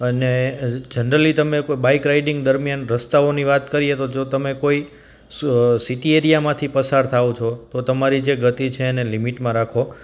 અને જનરલી તમે કોઈ બાઇક રાઇડિંગ દરમ્યાન રસ્તાઓની વાત કરીએ તો જો તમે કોઈ સિટી એરિયામાંથી પસાર થાઓ છો તો તમારી જે ગતિ છે એને લિમિટમાં રાખો